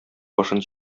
башын